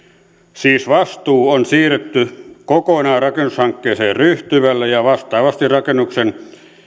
siis vastuu on siirretty kokonaan rakennushankkeeseen ryhtyvälle ja vastaavasti rakennuksen